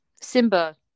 Simba